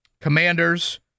Commanders